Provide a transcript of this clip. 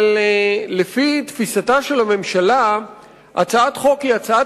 אבל לפי תפיסתה של הממשלה הצעת חוק היא הצעה